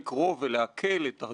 ויכוחים,